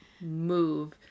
move